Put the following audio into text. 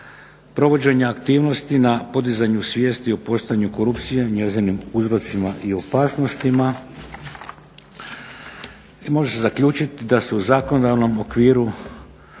provođenja aktivnosti na podizanju svijesti o postojanju korupcije, njezinim uzrocima i opasnostima. I može se zaključiti da su u zakonodavnom okviru